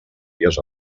dies